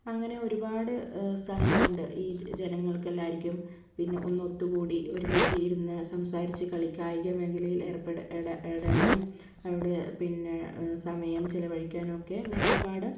അങ്ങനെ ഒരുപാട് സ്ഥലങ്ങളുണ്ട് ഈ ജനങ്ങൾക്ക് എല്ലാവർക്കും പിന്നെ ഒന്ന് ഒത്തുകൂടി ഒരുമിച്ച് ഇരുന്ന് സംസാരിച്ച് കളി കായിക മേഖലയിൽ ഏർപ്പെട് എടാ എടാനും അവിടെ പിന്നെ സമയം ചിലവഴിക്കാനും ഒക്കെ ഇങ്ങനെ ഒരുപാട്